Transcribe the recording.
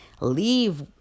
Leave